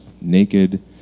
naked